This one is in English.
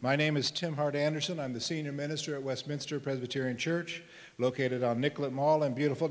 my name is tim howard anderson i'm the senior minister at westminster presbyterian church located on nicollet mall in beautiful